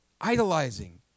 idolizing